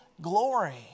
glory